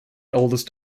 oldest